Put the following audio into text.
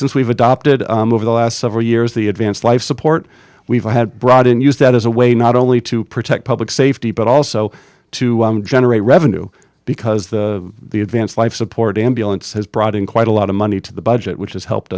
since we've adopted over the last several years the advanced life support we've had brought in use that as a way not only to protect public safety but also to generate revenue because the the advanced life support ambulance has brought in quite a lot of money to the budget which has helped